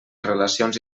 relacions